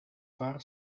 far